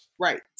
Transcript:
Right